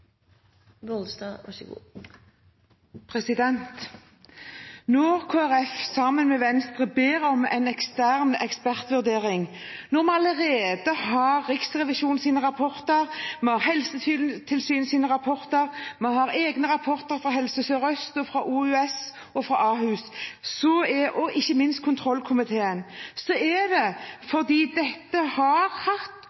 Når Kristelig Folkeparti sammen med Venstre ber om en ekstern ekspertvurdering – når vi allerede har Riksrevisjonens rapporter, Helsetilsynets rapporter, egne rapporter fra Helse Sør-Øst, OUS og Ahus og ikke minst kontrollkomiteen – er det fordi dette har hatt, og vil ha, konsekvenser og vil gi oss utfordringer framover når det